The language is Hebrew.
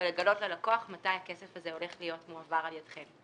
לגלות ללקוח מתי הכסף הזה הולך להיות מועבר על ידכם.